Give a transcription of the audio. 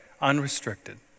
unrestricted